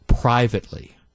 privately